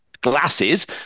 glasses